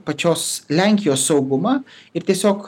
pačios lenkijos saugumą ir tiesiog